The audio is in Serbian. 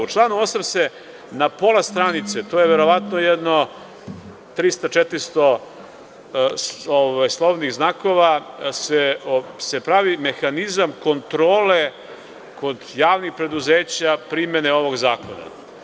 U članu 8. se na pola stranice, to je verovatno jedno 300, 400 slovnih znakova, pravi mehanizam kontrole kod javnih preduzeća primene ovog zakona.